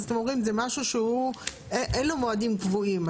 אתם אומרים שזה משהו שאין לו מועדים קבועים,